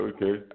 Okay